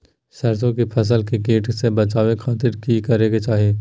सरसों की फसल के कीट से बचावे खातिर की करे के चाही?